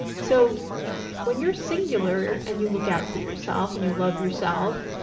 so when you're singular and you look out for yourself and you love yourself,